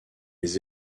les